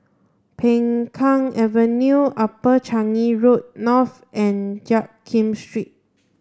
Peng Kang Avenue Upper Changi Road North and Jiak Kim Street